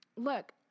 Look